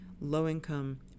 low-income